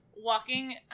walking